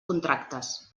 contractes